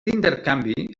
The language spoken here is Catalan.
intercanvi